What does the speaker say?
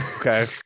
Okay